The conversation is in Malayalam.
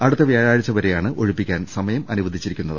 അടുത്ത വ്യാഴാഴ്ച വരെയാണ് ഒഴിപ്പിക്കാൻ സമയം അനുവ ദിച്ചിരിക്കുന്നത്